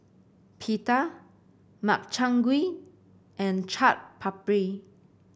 Pita Makchang Gui and Chaat Papri